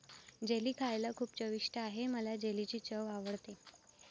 jelly खायला खूप चविष्ट आहे मला जेलीची चव आवडते